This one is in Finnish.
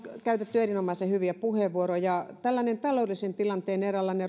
käytetty erinomaisen hyviä puheenvuoroja tällainen taloudellisen tilanteen eräänlainen